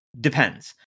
Depends